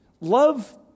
love